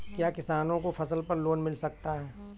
क्या किसानों को फसल पर लोन मिल सकता है?